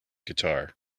guitar